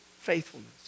faithfulness